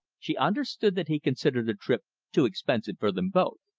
she understood that he considered the trip too expensive for them both.